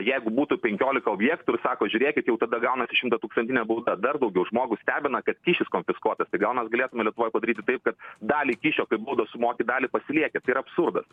jeigu būtų penkiolika objektų ir sako žiūrėkit jau tada gaunasi šimtatūkstantinė bauda dar daugiau žmogų stebina kad kyšis konfiskuotas tai gal mes galėtume lietuvoj padaryti taip kad dalį kyšio kaip baudą sumoki dalį pasilieki tai yra absurdas